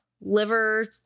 Liver